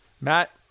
Matt